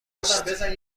است